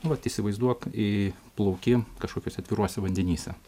nu vat įsivaizduok į plauki kažkokiuose atviruose vandenyse